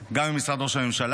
אותה גם עם משרד ראש הממשלה,